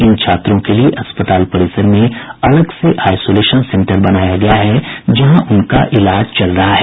इन छात्रों के लिए अस्पताल परिसर में अलग से आईसोलेशन सेन्टर बनाया गया है जहां उनका इलाज चल रहा है